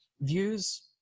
views